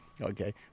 Okay